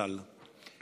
ז"ל,